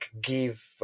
give